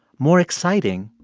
more exciting,